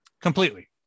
completely